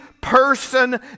person